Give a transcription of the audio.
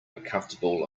uncomfortable